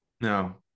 No